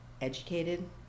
educated